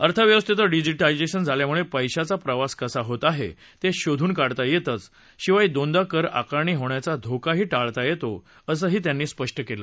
अर्थव्यवस्थेचं डिजिटायझेशन झाल्यामुळे पैशाचा प्रवास कसा होत आहे ते शोधून काढता येतंच शिवाय दोनदा कर आकारणी होण्याचा धोकाही टाळता येतो असंही त्यांनी स्पष्ट केलं